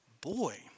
Boy